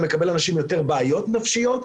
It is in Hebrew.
גם מקבל אנשים עם יותר בעיות נפשיות,